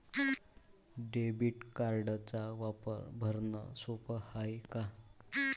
Debit कार्डचा वापर भरनं सोप हाय का?